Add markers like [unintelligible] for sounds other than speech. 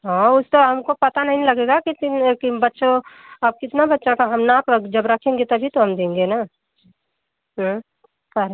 हाँ वह तो हमको पता नहीं ना लगेगा कि [unintelligible] बच्चों अब कितना बच्चा का हम नाप रख जब रखेंगे तभी तो हम देंगे ना [unintelligible]